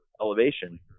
elevation